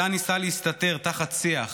מתן ניסה להסתתר תחת שיח,